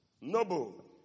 Noble